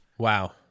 Wow